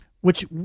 Which-